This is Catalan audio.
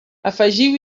afegiu